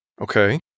Okay